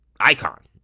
icon